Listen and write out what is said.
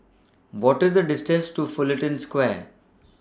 What of The distance to Fullerton Square